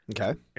Okay